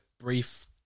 brief